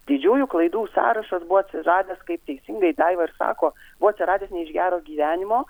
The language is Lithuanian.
didžiųjų klaidų sąrašas buvo atsiradęs kaip teisingai daiva ir sako buvo atsiradęs ne iš gero gyvenimo